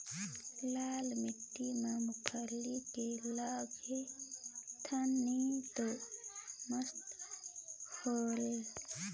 लाल माटी म मुंगफली के लगाथन न तो मस्त होयल?